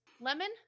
Lemon